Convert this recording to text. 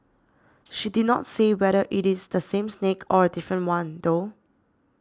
she did not say whether it is the same snake or a different one though